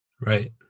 Right